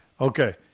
Okay